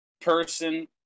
person